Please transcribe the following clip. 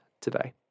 today